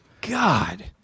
God